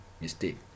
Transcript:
mistake